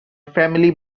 family